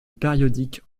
périodiques